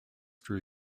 drew